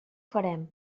farem